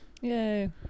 Yay